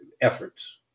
Efforts